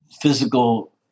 physical